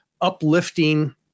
uplifting